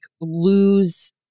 lose